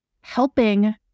helping